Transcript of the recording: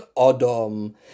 Adam